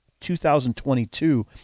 2022